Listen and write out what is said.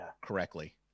correctly